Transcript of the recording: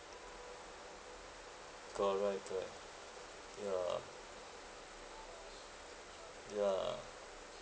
correct correct ya ya